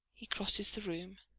he crosses the room.